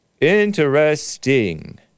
interesting